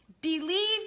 believe